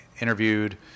interviewed